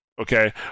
okay